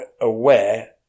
aware